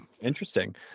interesting